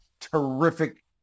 terrific